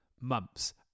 months